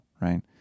right